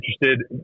interested